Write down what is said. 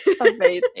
amazing